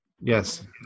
Yes